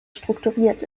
strukturiert